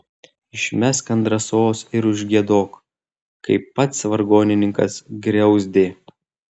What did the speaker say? išmesk ant drąsos ir užgiedok kaip pats vargonininkas griauzdė